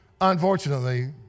Unfortunately